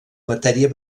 matèria